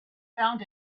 found